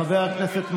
חבר הכנסת מרגי,